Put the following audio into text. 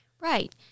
Right